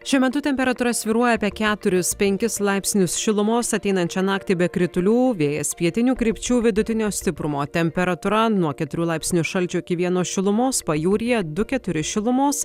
šiuo metu temperatūra svyruoja apie keturis penkis laipsnius šilumos ateinančią naktį be kritulių vėjas pietinių krypčių vidutinio stiprumo temperatūra nuo keturių laipsnių šalčio iki vieno šilumos pajūryje du keturi šilumos